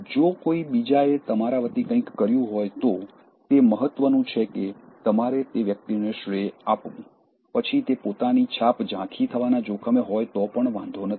જો કોઈ બીજાએ તમારા વતી કંઇક કર્યું હોય તો તે મહત્વનું છે કે તમારે તે વ્યક્તિને શ્રેય આપવું પછી તે પોતાની છાપ ઝાંખી થવાના જોખમે હોય તો પણ વાંધો નથી